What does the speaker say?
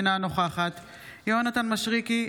אינה נוכחת יונתן מישרקי,